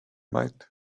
bite